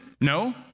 No